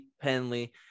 Penley